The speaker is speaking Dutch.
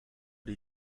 die